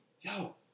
yo